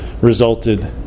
resulted